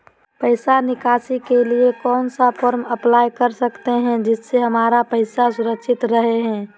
पैसा निकासी के लिए कौन सा फॉर्म अप्लाई कर सकते हैं जिससे हमारे पैसा सुरक्षित रहे हैं?